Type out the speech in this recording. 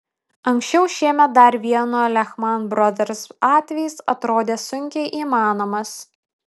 anksčiau šiemet dar vieno lehman brothers atvejis atrodė sunkiai įmanomas